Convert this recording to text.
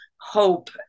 hope